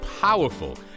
powerful